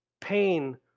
pain